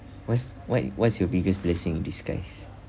what's what what's your biggest blessing in disguise